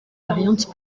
variante